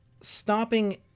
stopping